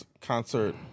concert